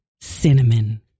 cinnamon